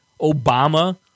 Obama